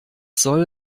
soll